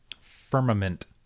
Firmament